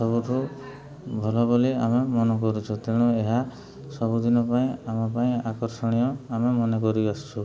ସବୁଠୁ ଭଲ ବୋଲି ଆମେ ମନେ କରୁଛୁ ତେଣୁ ଏହା ସବୁଦିନ ପାଇଁ ଆମ ପାଇଁ ଆକର୍ଷଣୀୟ ଆମେ ମନେ କରିଆସୁ